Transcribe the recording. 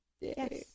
Yes